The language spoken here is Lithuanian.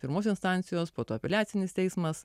pirmos instancijos po to apeliacinis teismas